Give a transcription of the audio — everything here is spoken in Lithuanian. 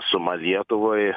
suma lietuvai